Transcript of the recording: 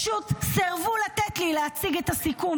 פשוט סירבו לתת לי להציג את הסיכום,